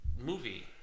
movie